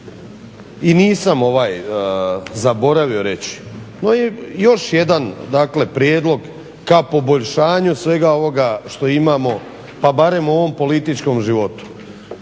i nisam zaboravio reći. No, još jedan dakle prijedlog ka poboljšanju svega ovoga što imamo pa barem u ovom političkom životu.